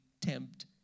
tempt